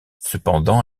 cependant